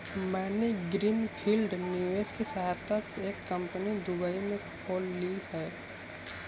मैंने green field निवेश की सहायता से एक कंपनी दुबई में भी खोल ली है